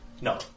No